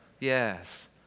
Yes